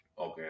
Okay